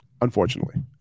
unfortunately